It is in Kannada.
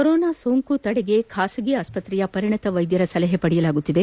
ಕೊರೋನಾ ಸೋಂಕು ತಡೆಗೆ ಖಾಸಗಿ ಆಸ್ತತ್ರೆಯ ಪರಿಣತ ವೈದ್ಯರ ಸಲಹೆ ಪಡೆಯಲಾಗುತ್ತಿದೆ